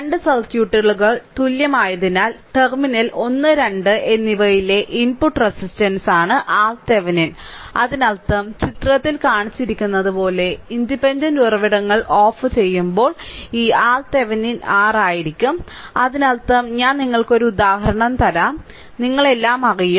2 സർക്യൂട്ടുകൾ തുല്യമായതിനാൽ ടെർമിനൽ 1 2 എന്നിവയിലെ ഇൻപുട്ട് റെസിസ്റ്റൻസാണ് RThevenin അതിനർത്ഥം ചിത്രത്തിൽ കാണിച്ചിരിക്കുന്നതുപോലെ ഇൻഡിപെൻഡന്റ് ഉറവിടങ്ങൾ ഓഫുചെയ്യുമ്പോൾ ഈ RThevenin R ആയിരിക്കും അതിനർത്ഥം ഞാൻ നിങ്ങൾക്ക് ഒരു ഉദാഹരണം തരാം നിങ്ങൾ എല്ലാം അറിയും